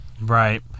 Right